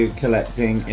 collecting